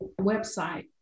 website